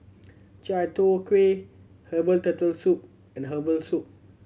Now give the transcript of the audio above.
Chai Tow Kuay herbal Turtle Soup and herbal soup